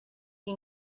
you